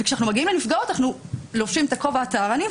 וכשאנחנו מגיעים לנפגעות אנחנו לובשים את הכובע הטהרני,